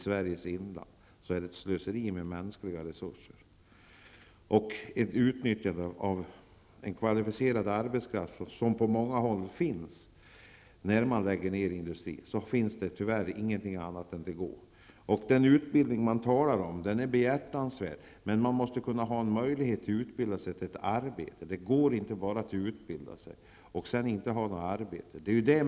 När industrier läggs ned på olika håll i Sverige blir kvalificerad arbetskraft outnyttjad. Den utbildning som det talas om är behjärtansvärd, men människor måste få utbilda sig till ett arbete. Det går inte att utbilda sig bara för utbildningens egen skull.